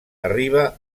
arriba